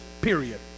period